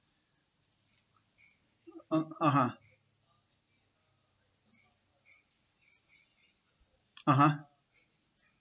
uh (uh huh) (uh huh)